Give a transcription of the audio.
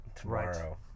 tomorrow